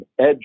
edge